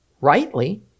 rightly